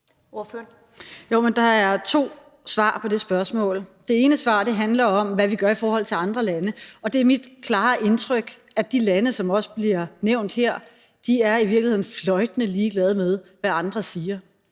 der er to svar på det spørgsmål. Det ene svar handler om, hvad vi gør i forhold til andre lande, og det er mit klare indtryk, at de lande, som også bliver nævnt her, i virkeligheden er fløjtende ligeglade med, hvad andre siger.